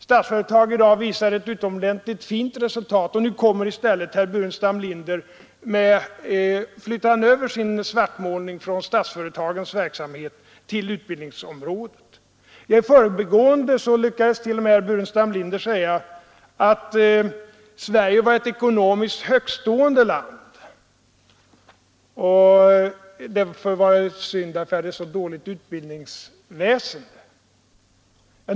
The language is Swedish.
Statsföretag AB visar ett utomordentligt fint resultat. Nu flyttar herr Burenstam Linder i stället över sin svartmålning från Statsföretags verksamhet till utbildningsområdet. I förbigående lyckades t.o.m. herr Burenstam Linder säga att Sverige är ett ekonomiskt högtstående land men att det var synd att vi har ett så dåligt utbildningsväsende.